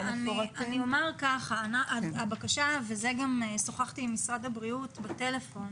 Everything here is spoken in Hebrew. אני אומר שהבקשה ושוחחתי עם משרד הבריאות בטלפון